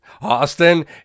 Austin